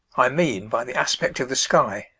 i mean by the aspect of the sky,